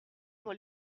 pour